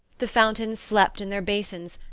the fountains slept in their basins,